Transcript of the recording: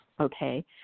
okay